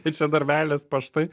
tai čia dar meilės paštai